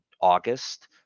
August